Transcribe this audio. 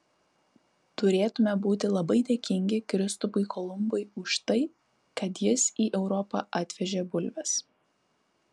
turėtumėme būti labai dėkingi kristupui kolumbui už tai kad jis į europą atvežė bulves